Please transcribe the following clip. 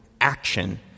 action